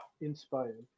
inspired